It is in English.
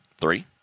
Three